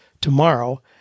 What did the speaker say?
tomorrow